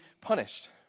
punished